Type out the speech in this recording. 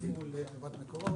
חברת מקורות.